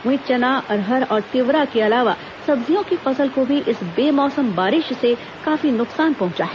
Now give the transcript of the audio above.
वहीं चना अरहर और तिवरा के अलावा सब्जियों की फसल को भी इस बेमोसम बारिश से काफी नुकसान पहुंचा है